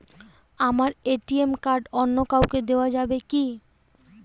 আমার ATM card অন্য কাউকে দেওয়া যাবে কি?